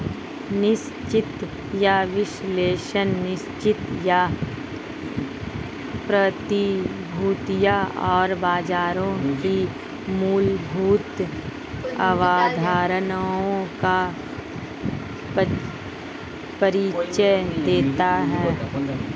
निश्चित आय विश्लेषण निश्चित आय प्रतिभूतियों और बाजारों की मूलभूत अवधारणाओं का परिचय देता है